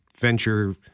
venture